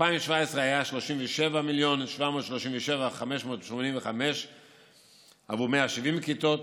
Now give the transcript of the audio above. ב-2017 היו 37 מיליון ו-737,585 שקל עבור 170 כיתות,